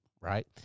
right